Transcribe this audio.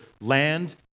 land